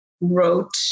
wrote